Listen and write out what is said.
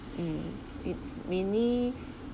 mm it's mainly